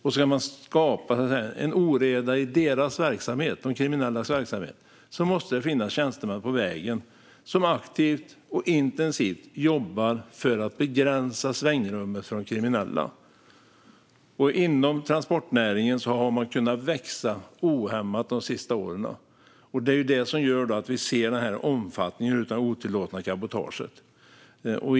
För att skapa oreda i de kriminellas verksamhet måste det finnas tjänstemän på vägen som aktivt och intensivt jobbar för att begränsa svängrummet för de kriminella. De har vuxit ohämmat inom transportnäringen under de senaste åren. Det är därför vi ser den här omfattningen av otillåtet cabotage.